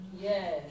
Yes